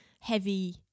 heavy